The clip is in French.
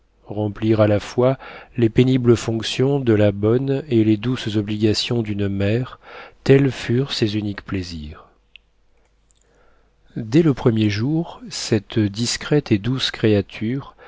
remplir à la fois les pénibles fonctions de la bonne et les douces obligations d'une mère tels furent ses uniques plaisirs dès le premier jour cette discrète et douce créature